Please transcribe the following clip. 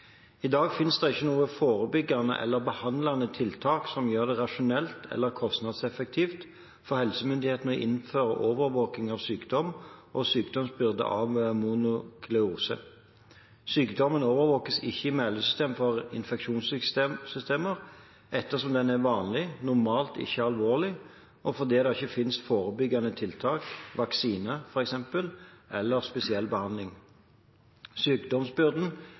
I dag finnes det ikke noe forebyggende eller behandlende tiltak som gjør det rasjonelt eller kostnadseffektivt for helsemyndighetene å innføre overvåking av sykdom og sykdomsbyrde av mononukleose. Sykdommen overvåkes ikke i Meldingssystem for smittsomme sykdommer ettersom den er vanlig, normalt ikke alvorlig, og fordi det ikke finnes forebyggende tiltak, f.eks. vaksine, eller spesiell behandling. Sykdomsbyrden